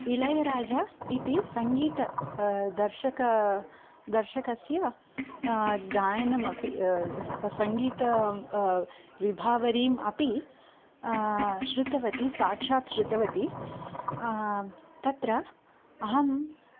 इळयराजा इति सङ्गीतदर्शकः दर्शकस्य गायनमपि स सङ्गीत विभावरीम् अपि श्रुतवती साक्षात् श्रुतवती तत्र अहं